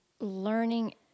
learning